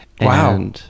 Wow